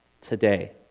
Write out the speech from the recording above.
today